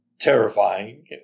Terrifying